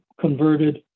converted